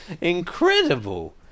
incredible